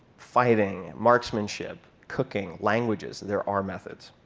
fighting, marksmanship, cooking, languages there are methods.